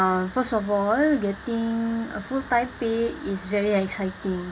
first of all getting a fulltime pay is very exciting